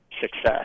success